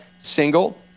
single